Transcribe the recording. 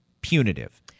punitive